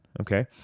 Okay